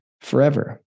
forever